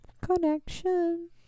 Connection